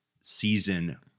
season